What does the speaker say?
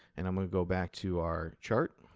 and i'm going to go back to our chart,